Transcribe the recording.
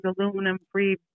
aluminum-free